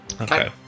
Okay